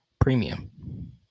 premium